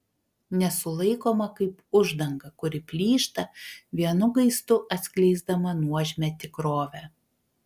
nesulaikoma kaip uždanga kuri plyšta vienu gaistu atskleisdama nuožmią tikrovę